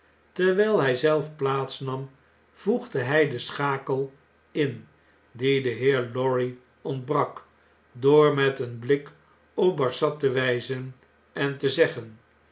terwgl hg zelf plaats nam voegde hi de schakel in die den heer lorry ontbrak door met een blik op barsad te wgzen en te zeggen